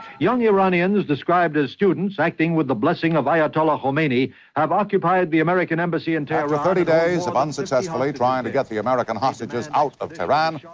young iranians described as students acting with the blessing of ayatollah khomeini have occupied the american embassy in tehran after thirty days of unsuccessfully trying to get the american hostages out of iran,